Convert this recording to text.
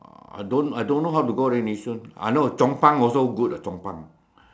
I don't I don't know how to go leh Nee-Soon I know Chong-Pang also good ah Chong-Pang